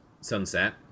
Sunset